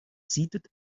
seated